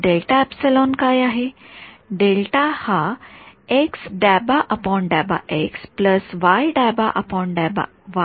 तर काय आहे